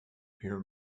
hear